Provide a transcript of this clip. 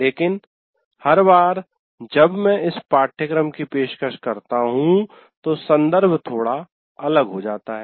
लेकिन हर बार जब मैं इस पाठ्यक्रम की पेशकश करता हूं तो संदर्भ थोड़ा अलग हो जाता है